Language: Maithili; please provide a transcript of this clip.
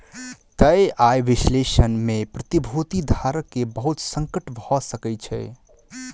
तय आय विश्लेषण में प्रतिभूति धारक के बहुत संकट भ सकै छै